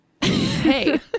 Hey